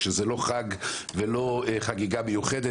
כשזה לא חג ולא חגיגה מיוחדת,